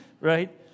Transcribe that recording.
right